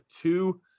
two